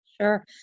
Sure